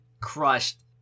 crushed